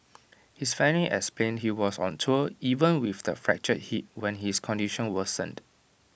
his family explained he was on tour even with the fractured hip when his condition worsened